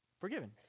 Forgiven